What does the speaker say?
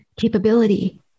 capability